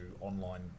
online